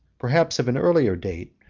perhaps of an earlier date,